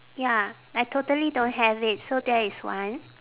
ya I totally don't have it so that is one